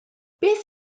beth